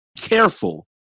careful